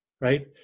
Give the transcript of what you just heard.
right